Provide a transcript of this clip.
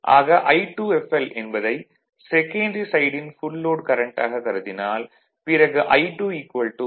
ஆக I2fl என்பதை secondary சைடின் ஃபுல் லோட் கரண்ட் ஆக கருதினால் பிறகு I2 x